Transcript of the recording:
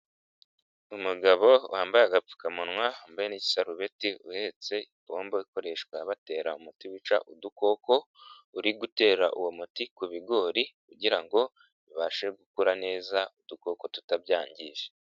Umugabo wambaye agapfukamunwa, wambaye n'isarubeti, uhetse igomba ikoreshwa batera umuti wica udukoko, uri gutera uwo muti ku bigori kugira ngo bibashe gukura neza, udukoko tutabyangije.